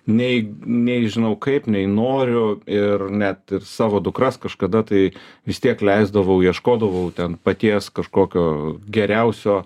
nei nei nežinau kaip nei noriu ir net ir savo dukras kažkada tai vis tiek leisdavau ieškodavau ten paties kažkokio geriausio